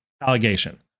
allegation